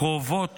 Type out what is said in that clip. קרובים